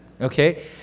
okay